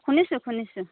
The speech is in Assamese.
শুনিছোঁ শুনিছোঁ